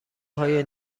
های